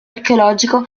archeologico